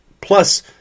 Plus